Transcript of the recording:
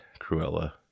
Cruella